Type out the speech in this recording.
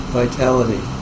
vitality